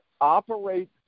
operate